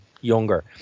younger